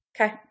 Okay